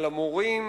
על המורים